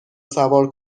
سوار